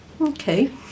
Okay